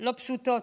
לא פשוטות.